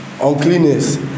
uncleanness